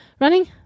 running